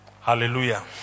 hallelujah